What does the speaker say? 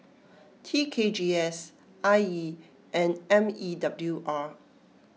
T K G S I E and M E W R